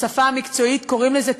בשפה המקצועית קוראים לזה,